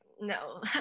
no